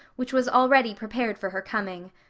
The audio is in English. which was already prepared for her coming.